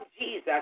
Jesus